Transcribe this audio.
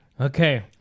Okay